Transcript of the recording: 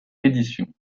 édition